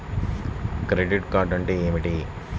Credit card అంటే ఏమిటి?